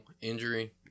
injury